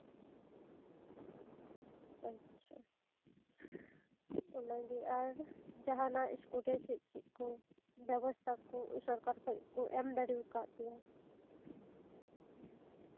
ᱟᱪᱪᱷᱟ ᱚᱱᱟ ᱜᱮ ᱟᱨ ᱡᱟᱦᱟᱸᱱᱟᱜ ᱤᱥᱠᱩᱞ ᱨᱮ ᱪᱮᱫᱼᱪᱮᱫ ᱵᱮᱵᱚᱥᱛᱟ ᱠᱩ ᱥᱚᱨᱠᱟᱨ ᱠᱷᱚᱡ ᱠᱩ ᱮᱢ ᱫᱟᱲᱮᱣᱟᱠᱟᱫ ᱯᱮᱭᱟ